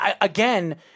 again